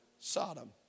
Sodom